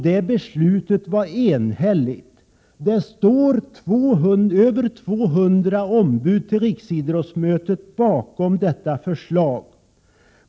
Det beslutet var enhälligt. Över 200 ombud vid riksidrottsmötet stod bakom det beslutet.